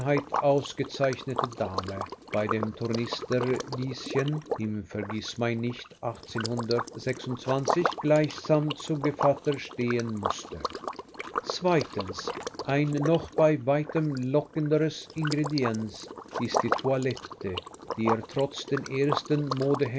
ausgezeichnete dame bei dem tornister lieschen im gleichsam zu gevatter stehen mußte zweitens ein noch bei weitem lockenderes ingredienz ist die toilette die er trotz den ersten